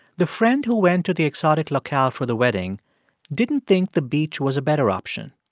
the friend who went to the exotic locale for the wedding didn't think the beach was a better option.